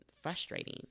frustrating